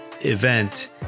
event